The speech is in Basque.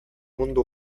mundu